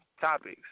topics